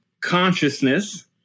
consciousness